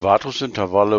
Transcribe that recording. wartungsintervalle